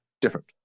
different